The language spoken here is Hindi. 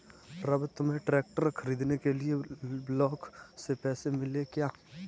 रवि तुम्हें ट्रैक्टर खरीदने के लिए ब्लॉक से पैसे मिले क्या?